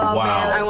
ah wow.